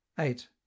Eight